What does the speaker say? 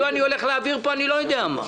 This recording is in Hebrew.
אני הולך להעביר פה אני לא יודע מה.